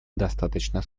достаточно